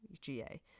GA